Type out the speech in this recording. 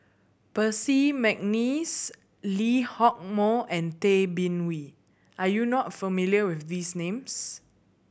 Percy McNeice Lee Hock Moh and Tay Bin Wee are you not familiar with these names